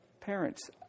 parents